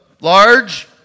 large